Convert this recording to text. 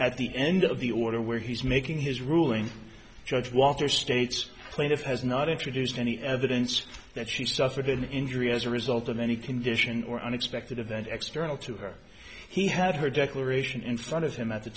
at the end of the order where he's making his ruling judge walker states plaintiff has not introduced any evidence that she suffered an injury as a result of any condition or unexpected event external to her he had her declaration in front of him at the